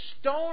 stone